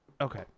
Okay